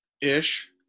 Ish